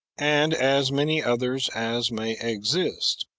and as many others as may exist,